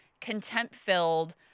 contempt-filled